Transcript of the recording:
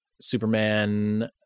Superman